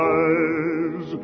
eyes